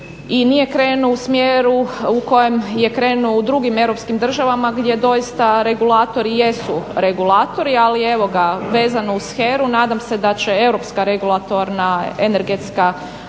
i nije krenuo u smjeru u kojem je krenuo u drugim europskim državama gdje doista regulatori jesu regulatori. Ali evo ga, vezano uz HERA-u nadam se da će Europska regulatorna energetska